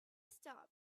stopped